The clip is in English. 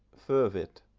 fervid.